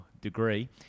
degree